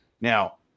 Now